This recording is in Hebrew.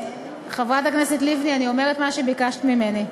חברת הכנסת לבני, אני אומרת מה שביקשת ממני לומר.